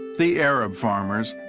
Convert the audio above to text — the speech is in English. the arab farmers,